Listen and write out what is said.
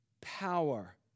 power